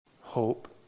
Hope